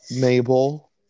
Mabel